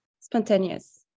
Spontaneous